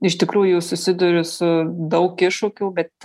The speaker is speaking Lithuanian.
iš tikrųjų susiduriu su daug iššūkių bet